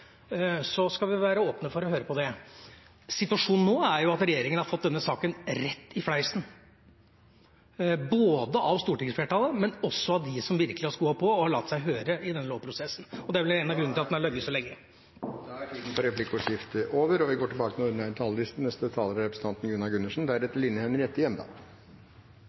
skal vi være åpne for å høre på det. Situasjonen nå er jo at regjeringen har fått denne saken rett i fleisen, både av stortingsflertallet og av dem som virkelig har skoa på og har latt seg høre i denne lovprosessen ... Replikkordskiftet er omme. Det er ingen tvil om at vi har oppgitt vårt primærstandpunkt her – vi skulle helst ha blitt kvitt både konsesjonslov, prisregulering og